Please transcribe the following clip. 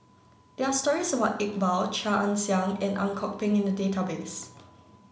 there are stories about Iqbal Chia Ann Siang and Ang Kok Peng in the database